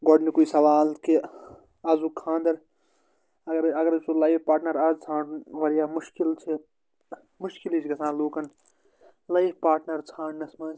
گۄڈٕنیٛکُے سَوال کہِ آزُک خانٛدَر اَگر أسۍ اَگر أسۍ وُچھو لایِف پارٹنَر آز ژھانٛڈُن واریاہ مشکل چھُ مشکلٕے چھُ گژھان لوٗکَن لایِف پارٹنَر ژھانٛڈنَس منٛز